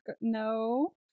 No